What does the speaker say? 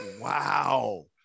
Wow